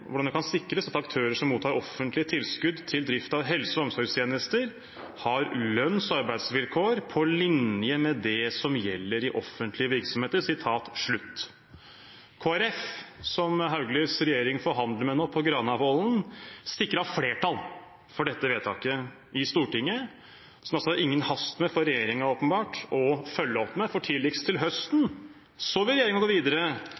hvordan det kan sikres at aktører som mottar offentlige tilskudd til drift av helse- og omsorgstjenester, har lønns-, arbeids- og pensjonsvilkår på linje med det som gjelder i offentlige virksomheter». Kristelig Folkeparti, som Hauglies regjering nå forhandler med på Granavollen, sikret flertall for dette vedtaket i Stortinget, et vedtak som regjeringen åpenbart ikke har noen hast med å følge opp. Tidligst til høsten vil regjeringen gå videre